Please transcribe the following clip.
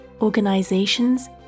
organizations